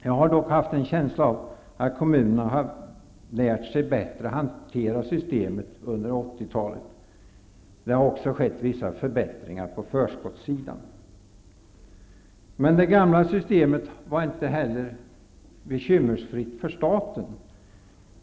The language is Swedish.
Jag har dock en känsla av att kommunerna har lärt sig att hantera systemet något bättre under 80-talet. Det har också skett vissa förbättringar på förskottssidan. Men det gamla systemet var inte heller bekymmersfritt för staten.